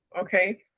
Okay